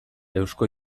eusko